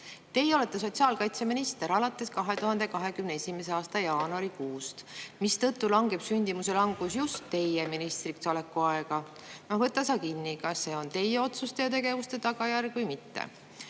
Teie olete sotsiaalkaitseminister alates 2021. aasta jaanuarikuust, mistõttu langeb sündimuse langus just teie ministriksoleku aega. Võta sa kinni, kas see on teie otsuste ja tegevuste tagajärg või mitte,